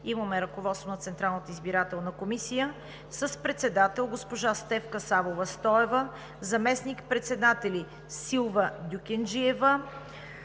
имаме ръководство на Централната избирателна комисия с председател госпожа Стефка Савова Стоева; заместник-председател Силва Дюкенджиева;